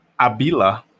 Abila